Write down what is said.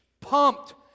Pumped